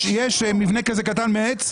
יש מבנה כזה קטן מעץ,